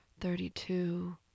thirty-two